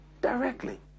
directly